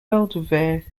belvedere